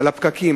על הפקקים,